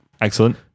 Excellent